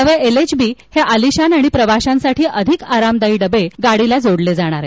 नवे L H B हे आलिशान आणि प्रवाशांसाठी अधिक आरामदायी डबे गाडीला जोडले जाणार आहेत